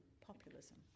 populism